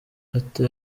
ati